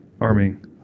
Arming